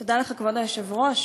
תודה לך, כבוד היושב-ראש.